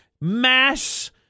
Mass